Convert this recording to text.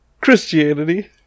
Christianity